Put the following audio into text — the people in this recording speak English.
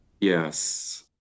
Yes